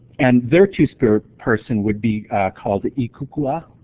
and their two-spirit person would be called i-coo-coo-a,